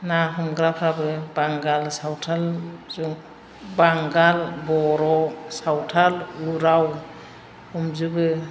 ना हमग्राफ्राबो बांगाल सावथालजों बांगाल बर' सावथाल उराव हमजोबो